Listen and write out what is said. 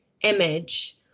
image